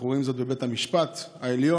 אנחנו רואים זאת בבית המשפט העליון,